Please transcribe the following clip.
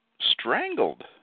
strangled